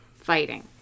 fighting